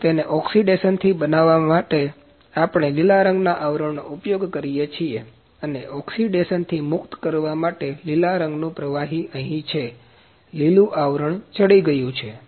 અને તેને ઓક્સિડેશન થી બચાવવા માટે આપણે લીલા રંગના આવરણનો ઉપયોગ કરીએ છીએ અને ઓક્સીડેશનથી મુક્ત કરવા માટેનું લીલું પ્રવાહી અહી છે લીલું આવરણ ચડી રહ્યું છે